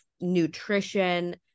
nutrition